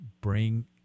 bring